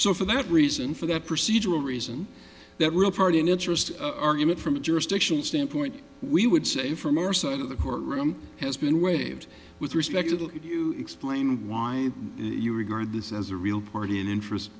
so for that reason for that procedural reason that real party and interest argument from jurisdiction standpoint we would say from our side of the court room has been waived with respect to the if you explain why you regard this as a real party in interest